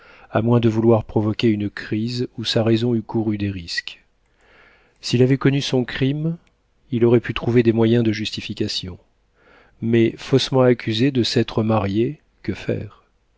à moins de vouloir provoquer une crise où sa raison eût couru des risques s'il avait connu son crime il aurait pu trouver des moyens de justification mais faussement accusé de s'être marié que faire